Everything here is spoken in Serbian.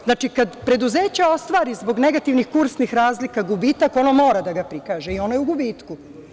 Znači, kad preduzeća ostvari zbog negativnih kursnih razlika gubitaka, ono mora da ga prikaže i ono je u gubitku.